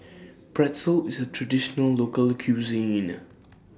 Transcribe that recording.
Pretzel IS A Traditional Local Cuisine